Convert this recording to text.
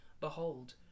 Behold